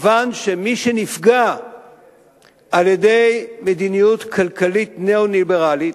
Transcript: כיוון שמי שנפגע על-ידי מדיניות כלכלית ניאו-ליברלית,